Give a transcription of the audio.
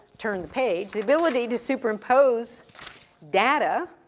turn the page, the ability to superimpose data,